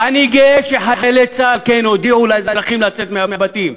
אני גאה שחיילי צה"ל כן הודיעו לאזרחים לצאת מהבתים.